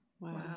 Wow